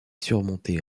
surmontée